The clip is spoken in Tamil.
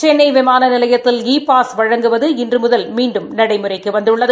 சென்னை விமான நிலையத்தில் இ பாஸ் வழங்குவது இன்று முதல் மீண்டும் நடைமுறைக்கு வந்துள்ளது